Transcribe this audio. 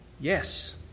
Yes